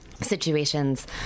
situations